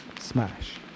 Smash